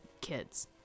kids